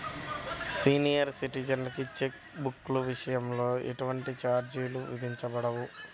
senior సిటిజన్లకి cheque బుక్ల విషయంలో ఎటువంటి ఛార్జీలు విధించబడవు